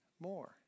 more